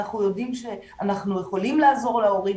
אנחנו יודעים שאנחנו יכולים לעזור להורים.